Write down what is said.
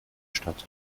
stadt